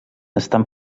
estan